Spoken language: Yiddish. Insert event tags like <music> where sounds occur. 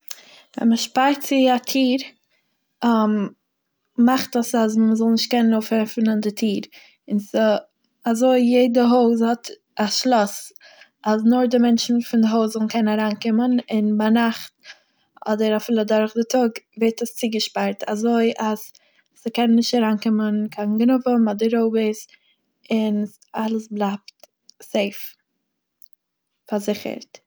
ווען מ'שפארט צו א טיר <hesitation> מאכט עס אז מ'זאל נישט קענען אויפעפענען די טיר און ס'אזוי יעדע הויז האט א שלאס אז נאר די מענטשן פון די הויז זאלן קענען אריינקומען און ביינאכט אדער אפילו דורך די טאג ווערט עס צוגעשפארט אזוי אז ס'קענען נישט אריינקומען קיין גנבים אדער רויבערס און אלעס בלייבט סעיף פארזיכערט.